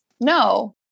No